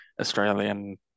Australian